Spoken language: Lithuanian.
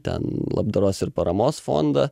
ten labdaros ir paramos fondą